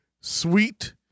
Sweet